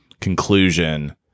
conclusion